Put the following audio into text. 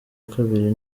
kabiri